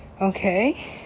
Okay